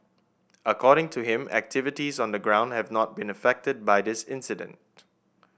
according to him activities on the ground have not been affected by this incident